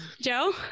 joe